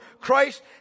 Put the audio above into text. Christ